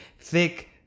thick